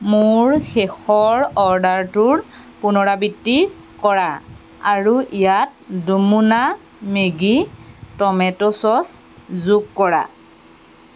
মোৰ শেষৰ অৰ্ডাৰটোৰ পুনৰাবৃত্তি কৰা আৰু ইয়াত দুমোনা মেগী টমেট' ছচ যোগ কৰা